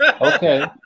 okay